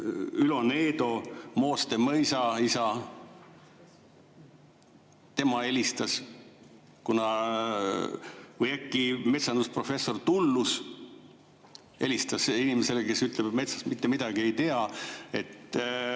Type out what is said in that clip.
Ülo Needo, Mooste mõisaisa, tema helistas? Või äkki metsandusprofessor Tullus helistas inimesele, kes ütleb, et ta metsast mitte midagi ei tea? Oleks